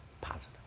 positive